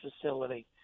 facility